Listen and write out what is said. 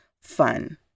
fun